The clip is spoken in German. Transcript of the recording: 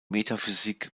metaphysik